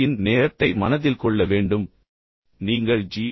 யின் நேரத்தை மனதில் கொள்ள வேண்டும் நீங்கள் ஜி